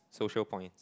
social points